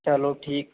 चलो ठीक